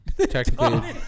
Technically